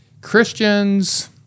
Christians